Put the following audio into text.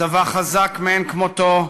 צבא חזק מאין כמותו,